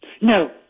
No